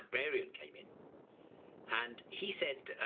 librarian came in and he said